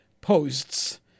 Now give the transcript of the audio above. posts